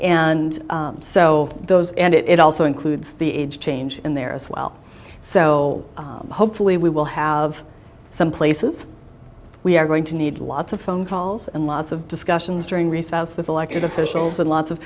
and so those and it also includes the age change in there as well so hopefully we will have some places we are going to need lots of phone calls and lots of discussions during recess with elected officials and lots of